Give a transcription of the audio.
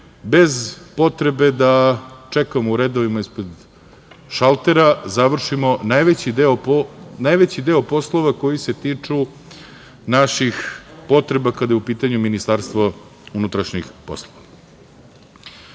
bez potrebe da čekamo u redovima ispred šaltera, završimo najveći deo poslova koji se tiču naših potreba kada je u pitanju Ministarstvo unutrašnjih poslova. Dobra